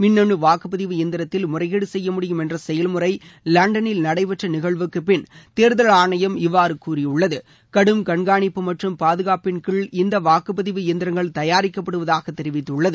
மின்னனு வாக்குப்பதிவு எந்திரத்தில் முறைகேடு செய்ய முடியும் என்ற செயல் முறை லண்டனில் நடைபெற்ற நிகழ்வுக்குப்பின் தேர்தல் ஆணையம் இவ்வாறு கூறியுள்ளது கடும் கண்காணிப்பு மற்றும் பாதுகாப்பின் கீழ் இந்த வாக்குப்பதிவு எந்திரங்கள் தயாரிக்கப்படுவதாக தெரிவித்துள்ளது